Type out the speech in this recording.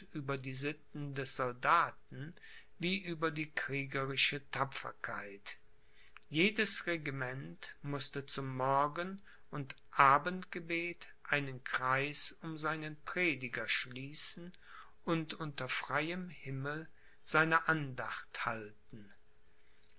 über die sitten des soldaten wie über die kriegerische tapferkeit jedes regiment mußte zum morgen und abendgebet einen kreis um seinen prediger schließen und unter freiem himmel seine andacht halten